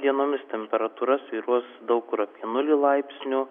dienomis temperatūra svyruos daug kur apie nulį laipsnių